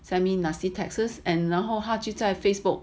send me nasty texts and 然后他就在 Facebook